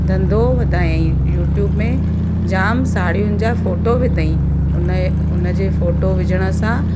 धंधो वधायईं यूट्यूब में जाम साड़ियुनि जा फ़ोटो विधाईं हुन उन जे फ़ोटो विझण सां